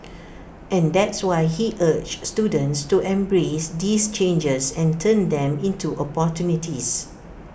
and that's why he urged students to embrace these changes and turn them into opportunities